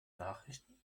nachrichten